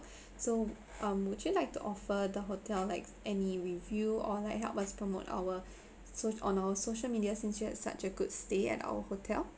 so um would you like to offer the hotel like any review or like help us promote our soc~ on our social media since you had such a good stay at our hotel